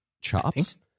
chops